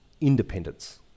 independence